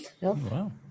wow